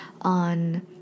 on